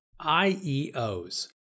IEOs